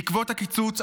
בעקבות הקיצוץ,